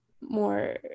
more